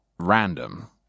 random